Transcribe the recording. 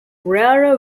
rarer